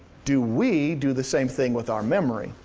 do we do the same thing with our memory?